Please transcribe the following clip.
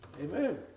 Amen